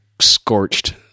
scorched